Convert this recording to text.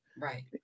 right